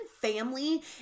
family